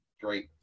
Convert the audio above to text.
great